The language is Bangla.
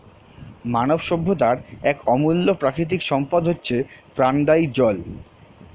মানব সভ্যতার এক অমূল্য প্রাকৃতিক সম্পদ হচ্ছে প্রাণদায়ী জল